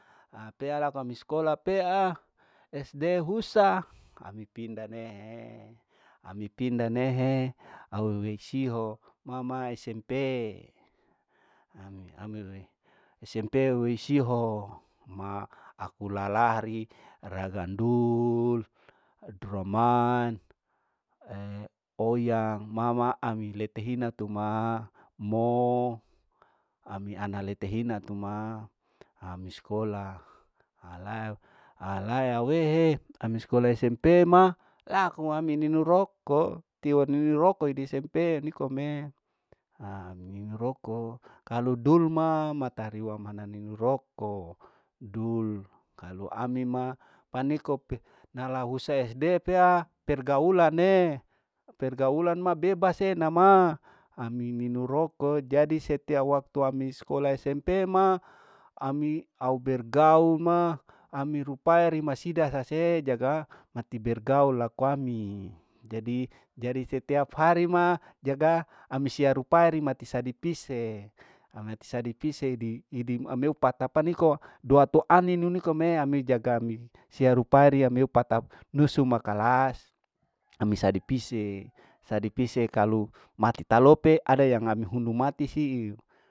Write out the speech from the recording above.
Akea laka mi skola pea sd husa ami pinda nehe ami, pinda nehe au esiho mama smp ami amire smp wei siho ma aku lalahari rarandul, abdurohman, eonyang mama ami lete hina tuma haha mo ami ana lete hina tuma ami skola ala alaya wehe ami skola smp ma aku ami ninu roko tiwa ninu roko di smp nikome aa ninu roko kalu dulu ma watari mana ninu roko dulu kalu ami ma aniko nalahuse depeya pergaulane, pergaulan na bebase nama ami minum roko jadi setiap waktu ami sekola smp ma ami au bergaul ma ami rupae ri masida sase jaga mati bergaul laku ami jadi jadi setiap hari ma jaga ami siap rupari mati sadi pise, amati sadi pise di hidi ameu patapa niko duato aninu nikome ami jaga mi sia rupari ameu pata nusu ma kalas ami sadi pise, sadi pise kalu mati talope ada yang ami hunu mati siu.